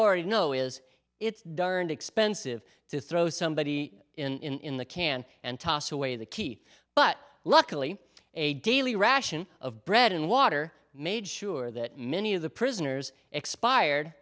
already know is it's darned expensive to throw somebody in the can and toss away the key but luckily a daily ration of bread and water made sure that many of the prisoners expired